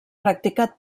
practicat